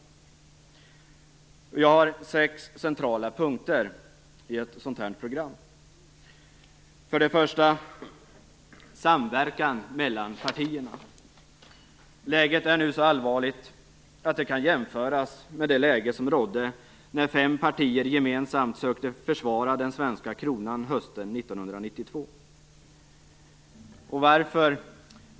Jag har sex centrala punkter i ett sådant här program. 1. Samverkan mellan partierna. Läget är nu så allvarligt att det kan jämföras med det läge som rådde när fem partier gemensamt sökte försvara den svenska kronan hösten 1992.